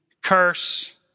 curse